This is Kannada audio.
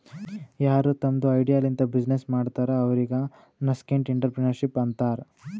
ಯಾರು ತಮ್ದು ಐಡಿಯಾ ಲಿಂತ ಬಿಸಿನ್ನೆಸ್ ಮಾಡ್ತಾರ ಅವ್ರಿಗ ನಸ್ಕೆಂಟ್ಇಂಟರಪ್ರೆನರ್ಶಿಪ್ ಅಂತಾರ್